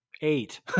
eight